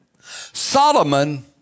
Solomon